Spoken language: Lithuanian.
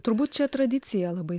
turbūt čia tradicija labai